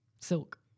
Silk